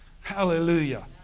Hallelujah